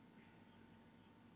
oh man ya that feels like me